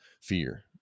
fear